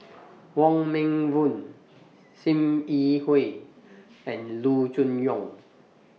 Wong Meng Voon SIM Yi Hui and Loo Choon Yong